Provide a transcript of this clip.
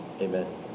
amen